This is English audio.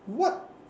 what